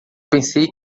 pensei